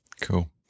cool